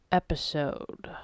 episode